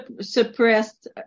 suppressed